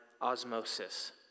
osmosis